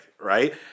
right